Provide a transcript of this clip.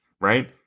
right